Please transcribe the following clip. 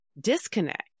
disconnect